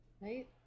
right